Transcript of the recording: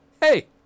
Hey